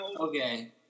Okay